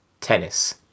tennis